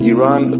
Iran